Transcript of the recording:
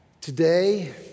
Today